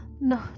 No